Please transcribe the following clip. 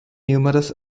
numerous